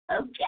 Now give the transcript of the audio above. Okay